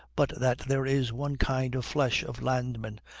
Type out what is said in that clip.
but that there is one kind of flesh of landmen,